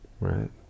Right